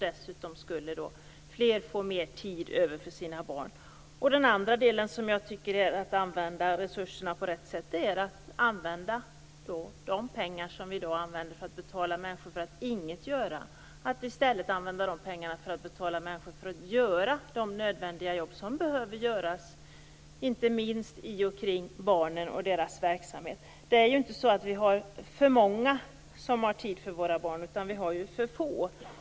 Dessutom skulle fler få mer tid över för sina barn. Den andra delen av att använda resurserna på rätt sätt tycker jag är att använda de pengar som vi i dag betalar människor för att inget göra till att i stället betala människor för att göra de nödvändiga jobb som behöver göras, inte minst i och kring barnen och deras verksamhet. Vi har inte för många som har tid för våra barn, utan vi har för få.